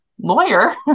lawyer